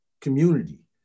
community